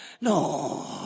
No